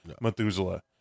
Methuselah